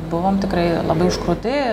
buvom tikrai labai iškrauti